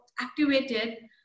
activated